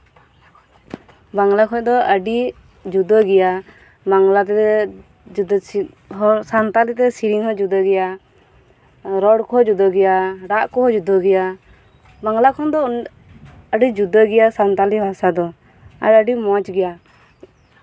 ᱵᱟᱝᱞᱟ ᱠᱷᱚᱡ ᱫᱚ ᱟᱹᱰᱤ ᱡᱩᱫᱟᱹ ᱜᱮᱭᱟ ᱵᱟᱝᱞᱟ ᱛᱮ ᱡᱩᱫᱟᱹ ᱪᱮᱫ ᱦᱚᱸ ᱥᱟᱱᱛᱟᱞᱤ ᱛᱮ ᱥᱤᱨᱤᱧ ᱦᱚᱸ ᱡᱩᱫᱟᱹ ᱜᱮᱭᱟ ᱨᱚᱲ ᱠᱚᱦᱚᱸ ᱡᱩᱫᱟᱹ ᱜᱮᱭᱟ ᱫᱟᱜ ᱠᱚᱦᱚᱸ ᱡᱩᱫᱟᱹ ᱜᱮᱭᱟ ᱵᱟᱝᱞᱟ ᱠᱷᱚᱱ ᱫᱚ ᱟᱹᱰᱤ ᱡᱩᱫᱟᱹ ᱜᱮᱭᱟ ᱥᱟᱱᱛᱟᱞᱤ ᱯᱟᱹᱨᱥᱤ ᱫᱚ ᱟᱨ ᱟᱹᱰᱤ ᱢᱚᱸᱡ ᱜᱮᱭᱟ